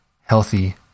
healthy